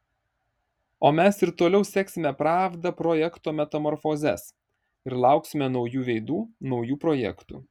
o mes ir toliau seksime pravda projekto metamorfozes ir lauksime naujų veidų naujų projektų